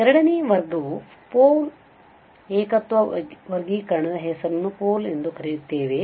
ಎರಡನೇ ವರ್ಗವು ಪೋಲ್ ಏಕತ್ವದ ವರ್ಗೀಕರಣದ ಹೆಸರನ್ನು ಪೋಲ್ ಎಂದು ಕರೆಯುತ್ತೇವೆ